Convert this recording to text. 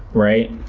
right?